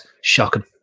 shocking